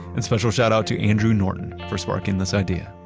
and special shout out to andrew norton, for sparking this idea.